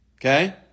Okay